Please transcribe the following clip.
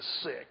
sick